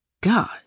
God